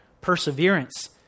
perseverance